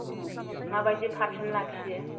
औ मा बायदि पारसेन्ट लाखियो